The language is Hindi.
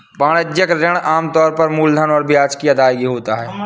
वाणिज्यिक ऋण आम तौर पर मूलधन और ब्याज की अदायगी होता है